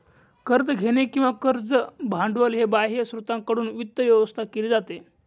कर्ज घेणे किंवा कर्ज भांडवल हे बाह्य स्त्रोतांकडून वित्त व्यवस्था केली जाते